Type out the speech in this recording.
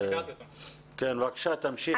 בבקשה תמשיכי.